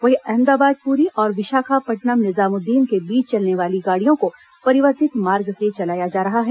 वहीं अहमदाबाद पूरी और विशाखापटनम निजामुद्दीन के बीच चलने वाली गाड़ियों को परिवर्तित मार्ग से चलाया जा रहा है